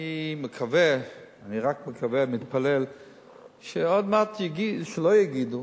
אני רק מקווה ומתפלל שלא יגידו